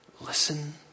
listen